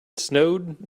snowed